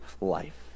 life